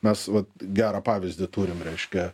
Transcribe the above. mes vat gerą pavyzdį turim reiškia